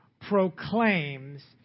proclaims